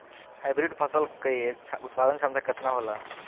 Hybrid फसल क उत्पादन क्षमता केतना होला?